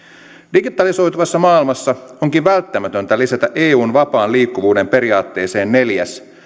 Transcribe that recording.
digitalisoituvassa maailmassa onkin välttämätöntä lisätä eun vapaan liikkuvuuden periaatteeseen neljäs